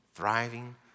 Thriving